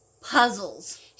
puzzles